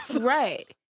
Right